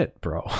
bro